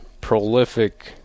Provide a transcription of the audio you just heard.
prolific